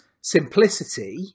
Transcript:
simplicity